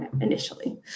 initially